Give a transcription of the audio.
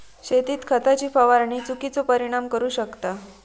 शेतीत खताची फवारणी चुकिचो परिणाम करू शकता